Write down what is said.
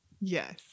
Yes